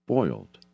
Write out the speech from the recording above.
Boiled